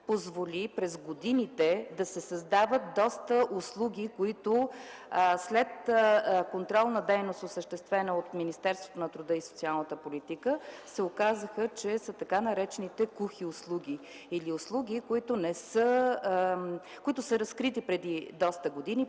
позволи през годините да се създават доста услуги, които след контролна дейност, осъществена от Министерството на труда и социалната политика, се оказа, че са кухи услуги, разкрити преди доста години,